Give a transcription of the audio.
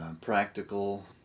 practical